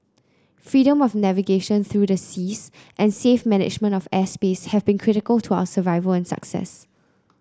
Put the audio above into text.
freedom of navigation through the seas and safe management of airspace have been critical to our survival and success